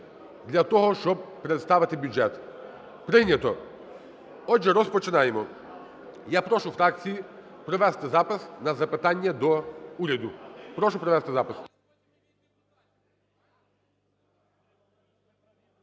для того, щоб представити бюджет. Прийнято. Отже, розпочинаємо. Я прошу фракції провести запис на запитання до уряду. Прошу провести запис.